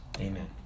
Amen